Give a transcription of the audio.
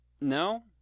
No